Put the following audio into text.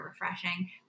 refreshing